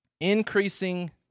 Increasing